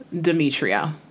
demetria